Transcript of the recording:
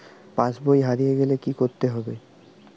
পাশবই হারিয়ে গেলে কি করতে হবে?